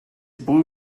blue